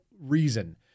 reason